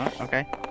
Okay